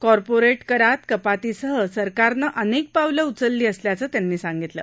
कॉर्पोरकरात कपातीसह सरकारनं अनक्त पावलं उचलली असल्याचं त्यांनी सांगितलं